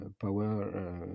power